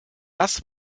das